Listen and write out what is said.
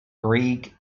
greek